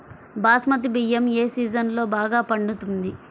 బాస్మతి బియ్యం ఏ సీజన్లో బాగా పండుతుంది?